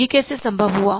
यह कैसे संभव हुआ